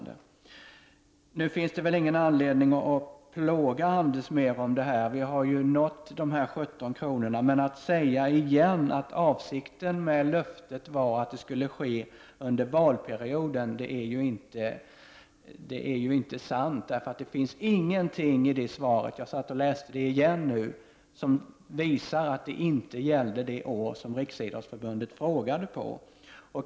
Det finns väl ingen anledning att ytterligare plåga Anders Nilsson i den här frågan, men att åter säga att avsikten med löftet var att det skulle ske under valperioden är ju inte sant. Det finns ingenting i det svaret — jag läste det en gång till nyss — som visar att det inte gällde det år som Riksidrottsförbundet frågade om.